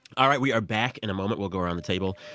all right, we are back. in a moment, we'll go around the table,